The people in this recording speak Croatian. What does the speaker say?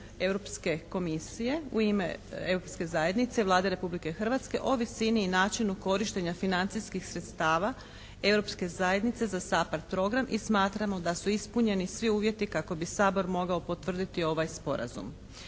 Europske komisije u ime Europske zajednice, Vlade Republike Hrvatske o visini i načinu korištenja financijskih sredstava Europske zajednice za SAPARD program i smatramo da su ispunjeni svi uvjeti kako bi Sabor mogao potvrditi ovaj sporazum.